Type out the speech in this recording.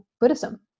Buddhism